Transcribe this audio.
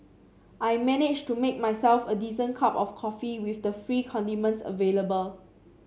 I managed to make myself a decent cup of coffee with the free condiments available